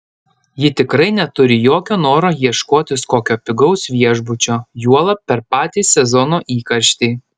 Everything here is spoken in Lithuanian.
ji tikrai neturi jokio noro ieškotis kokio pigaus viešbučio juolab per patį sezono įkarštį